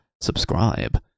Subscribe